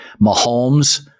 Mahomes